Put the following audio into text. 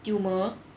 tumor